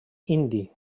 indi